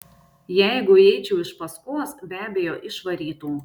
jeigu įeičiau iš paskos be abejo išvarytų